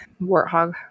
warthog